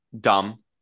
dumb